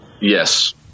Yes